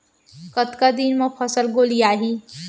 कतका दिन म फसल गोलियाही?